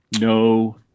No